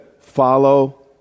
follow